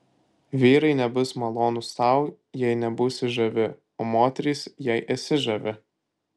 vyrai nebus malonūs tau jei nebūsi žavi o moterys jei ėsi žavi